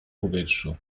powietrzu